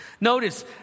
Notice